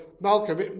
Malcolm